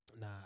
Nah